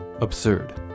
absurd